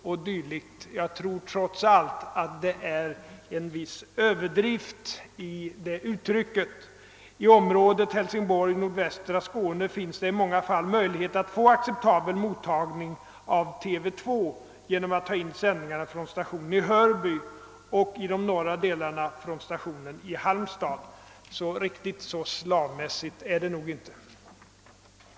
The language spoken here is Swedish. Det tror jag trots allt är mycket överdrivet. I området Hälsingborg—nordvästra Skåne är det i många fall möjligt att få en acceptabel mottagning av programmen i TV 2 genorm att ta in sändningarna från stationen i Hörby, i norra delarna av Skåne från stationen i Halmstad. Riktigt så slavmässigt som här sagts är därför inte det hela.